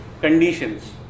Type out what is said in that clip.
conditions